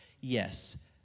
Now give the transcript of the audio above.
Yes